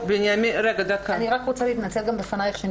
אי רק רוצה להתנצל גם בפנייך שאני